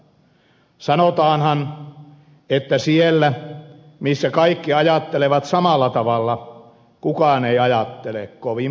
sanotaanhan että siellä missä kaikki ajattelevat samalla tavalla kukaan ei ajattele kovin paljon